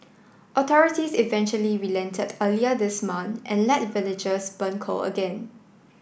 authorities eventually relented earlier this month and let villagers burn coal again